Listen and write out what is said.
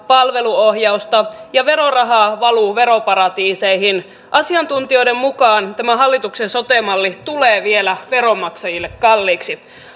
ja palveluohjausta ja verorahaa valuu veroparatiiseihin asiantuntijoiden mukaan tämä hallituksen sote malli tulee vielä veronmaksajille kalliiksi